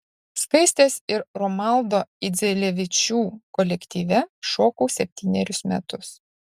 skaistės ir romaldo idzelevičių kolektyve šokau septynerius metus